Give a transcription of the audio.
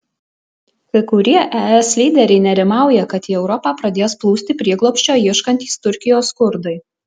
kai kurie es lyderiai nerimauja kad į europą pradės plūsti prieglobsčio ieškantys turkijos kurdai